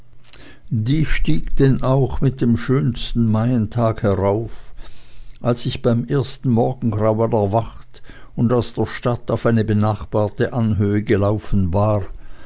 die stieg denn auch mit dem schönsten maientag herauf als ich bei dem ersten morgengrauen erwacht und aus der stadt auf eine benachbarte anhöhe gelaufen war